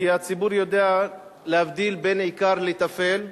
כי הציבור יודע להבדיל בין עיקר לטפל,